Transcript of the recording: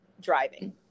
driving